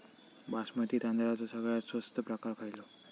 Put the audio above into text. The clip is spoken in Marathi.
बासमती तांदळाचो सगळ्यात स्वस्त प्रकार खयलो?